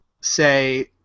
say